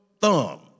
thumb